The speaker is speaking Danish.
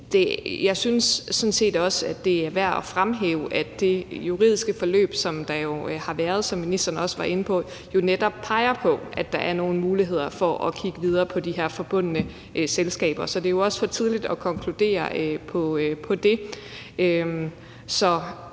set synes, det er værd at fremhæve, at det juridiske forløb, som der jo har været, og som ministeren også var inde på, jo netop peger på, at der er nogle muligheder for at kigge videre på de her forbundne selskaber. Så det er jo også for tidligt at konkludere på det.